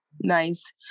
nice